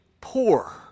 poor